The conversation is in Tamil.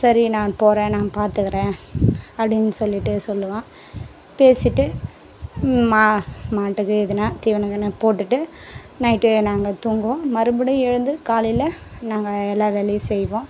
சரி நான் போகறேன் நான் பார்த்துக்கறேன் அப்படின்னு சொல்லிவிட்டு சொல்லுவான் பேசிவிட்டு மா மாட்டுக்கு எதனா தீவனம் கீவனம் போட்டுவிட்டு நைட்டு நாங்கள் தூங்குவோம் மறுபடி எழுந்து காலையில் நாங்கள் எல்லா வேலையும் செய்வோம்